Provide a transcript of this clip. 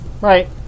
Right